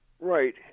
Right